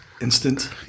Instant